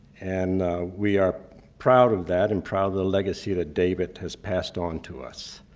and we are proud of that and proud of the legacy that david has passed on to us.